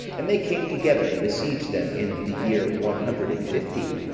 and they came together, and besieged them in the year one hundred and fifty,